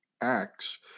Acts